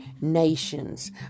nations